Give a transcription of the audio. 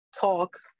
talk